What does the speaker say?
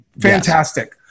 Fantastic